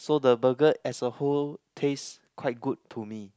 so the burger as a whole taste quite good to me